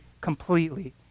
completely